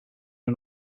are